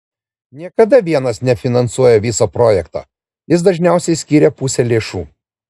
niekada vienas nefinansuoja viso projekto jis dažniausiai skiria pusę lėšų